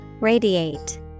Radiate